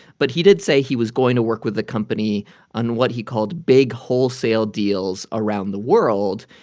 but he did say he was going to work with the company on what he called big wholesale deals around the world.